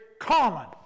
common